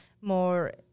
more